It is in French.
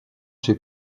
chez